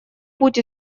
путь